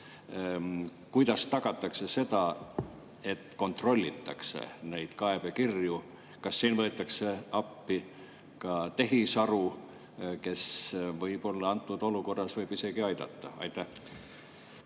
Kuidas tagatakse seda, et kontrollitakse neid kaebekirju? Kas siin võetakse appi ka tehisaru, kes võib-olla antud olukorras võib isegi aidata? Aitäh!